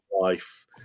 life